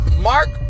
Mark